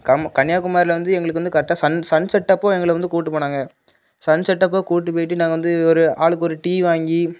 கன்னியாகுமாரியில் வந்து எங்களுக்கு வந்து கரெக்டாக சன் சன்செட் அப்போது எங்களை வந்து கூப்ட்டு போனாங்க சன்செட் அப்போது கூப்ட்டு போய்ட்டு நாங்கள் வந்து ஒரு ஆளுக்கு ஒரு டீ வாங்கி